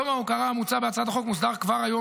יום ההוקרה המוצע בהצעת החוק מוסדר כבר היום